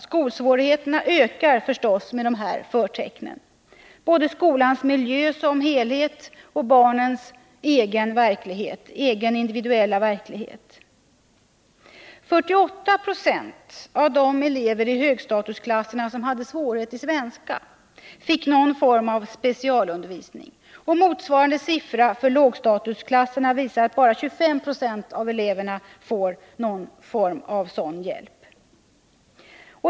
Skolsvårigheterna ökar förstås med de här förtecknen — både skolans miljö som helhet och barnens egen individuella verklighet. 48 Yo av de elever i högstatusklasserna som hade svårigheter i svenska fick någon form av specialundervisning. Motsvarande siffra för lågstatusklasserna visar att bara 25 96 av eleverna där fick någon form av sådan hjälp.